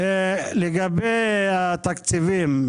לגבי התקציבים,